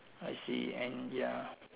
I see and ya